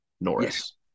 Norris